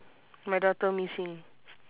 my daughter missing